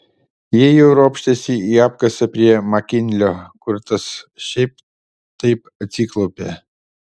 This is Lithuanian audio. jie jau ropštėsi į apkasą prie makinlio kur tas šiaip taip atsiklaupė